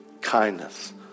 kindness